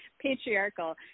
patriarchal